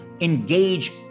engage